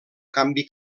canvi